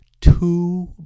two